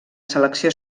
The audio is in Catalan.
selecció